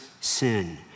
sin